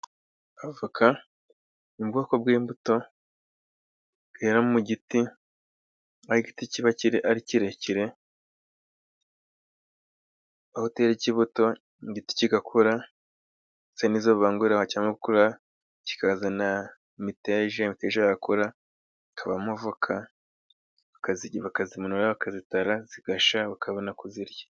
Avoka iri mu bwoko bw'imbuto bwera mu giti. Aho igiti kiba ari kirekire. Aho utera ikibuto, igiti kigakura ndetse nizo babangurira. Cyamara gukura kikazana imiteja. Imiteja yakura ikabamo avoka bakazimanura bakazitara zigashya ukabona kuzirya.